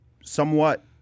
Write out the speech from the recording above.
Somewhat